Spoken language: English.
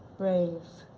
brave.